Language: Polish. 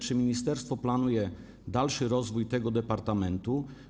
Czy ministerstwo planuje dalszy rozwój tego departamentu?